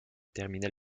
terminal